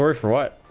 for for what